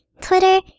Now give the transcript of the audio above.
Twitter